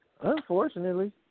Unfortunately